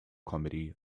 comedy